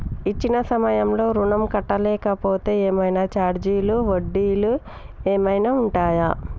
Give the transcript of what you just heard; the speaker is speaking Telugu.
ఇచ్చిన సమయంలో ఋణం కట్టలేకపోతే ఏమైనా ఛార్జీలు వడ్డీలు ఏమైనా ఉంటయా?